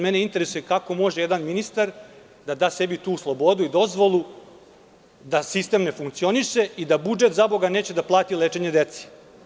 Mene sad interesuje kako može jedan ministar da da sebi tu slobodu i dozvolu da sistem ne funkcioniše i da budžet, zaboga, neće da plati lečenje deci?